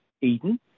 Eden